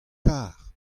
kar